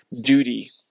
duty